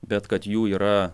bet kad jų yra